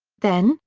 then,